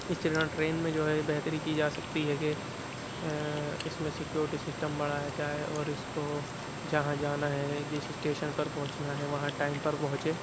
اسی طرح ٹرین میں جو ہے بہتری کی جا سکتی ہے کہ اس میں سیکیورٹی سسٹم بڑھایا جائے اور اس کو جہاں جانا ہے جس اسٹیشن پر پہنچنا ہے وہاں ٹائم پر پہنچے